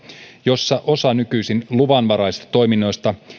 jossa osa nykyisin luvanvaraisista toiminnoista